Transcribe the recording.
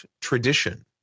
tradition